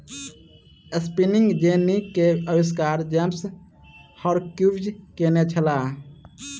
spinning jenny के आविष्कार James Hargreaves केने छला